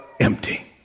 empty